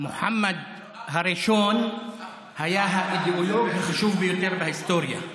ומוחמד הראשון היה האידיאולוג החשוב ביותר בהיסטוריה,